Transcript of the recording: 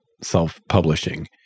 self-publishing